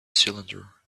cylinder